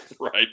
Right